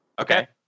okay